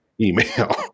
email